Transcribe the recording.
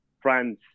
France